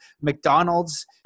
McDonald's